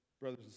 Brothers